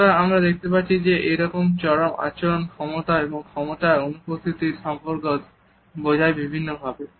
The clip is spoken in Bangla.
সুতরাং আমরা দেখতে পাচ্ছি এরকম চরম আচরণ ক্ষমতা এবং ক্ষমতার অনুপস্থিতির সম্পর্ক বোঝায় বিভিন্নভাবে